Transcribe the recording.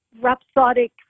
rhapsodic